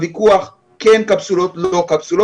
הוויכוח של כן קפסולות או לא קפסולות,